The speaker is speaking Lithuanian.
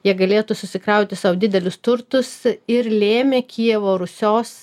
jie galėtų susikrauti sau didelius turtus ir lėmė kijevo rusios